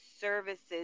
services